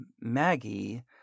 Maggie